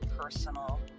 personal